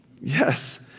Yes